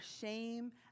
shame